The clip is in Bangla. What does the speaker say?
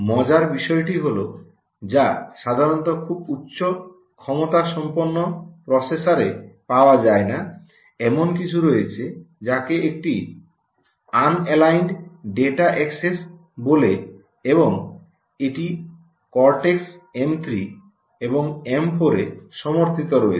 মজার বিষয়টি হল যা সাধারণত খুব উচ্চ ক্ষমতা সম্পন্ন প্রসেসরে পাওয়া যায় না এমন কিছু রয়েছে যাকে একটি আনএলাইনড ডেটা অ্যাক্সেস বলে এবং এটি কর্টেক্স এম 3 এবং এম 4 ও সমর্থিত রয়েছে